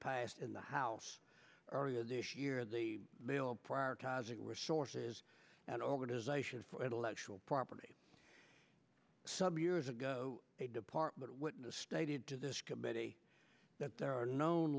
passed in the house earlier this year the mail prioritizing resources and organization for the lecture property some years ago a department witness stated to this committee that there are known